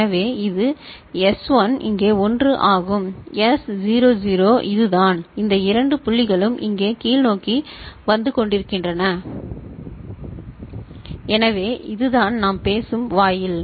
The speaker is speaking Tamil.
எனவே இது S1 இங்கே 1 ஆகும் S 0 0 இதுதான் இந்த இரண்டு புள்ளிகளும் இங்கே கீழ்நோக்கி வந்து கொண்டிருக்கின்றன எனவே இது தான் நாம் பேசும் வாயில்